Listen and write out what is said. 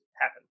happen